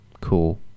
cool